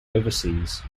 overseas